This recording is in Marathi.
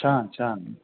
छान छान